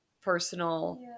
Personal